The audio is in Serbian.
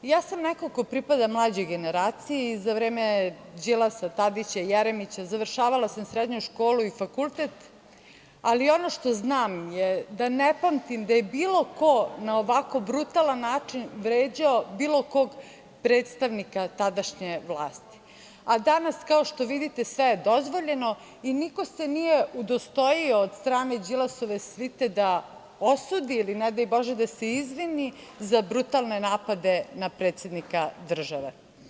Ja sam neko ko pripada mlađoj generaciji i za vreme Đilasa, Tadića, Jeremića završavala sam srednju školu i fakultet, ali ono što znam je da ne pamtim da je bilo ko na ovako brutalan način vređao bilo kog predstavnika tadašnje vlasti, a danas, kao što vidite, sve je dozvoljeno i niko se nije udostojio od strane Đilasove svite da osudi ili ne daj Bože da se izvini za brutalne napadne na predsednika države.